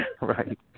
Right